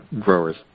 growers